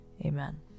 amen